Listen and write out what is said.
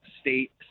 state